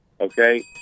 Okay